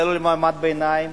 לא למעמד הביניים,